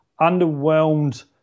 underwhelmed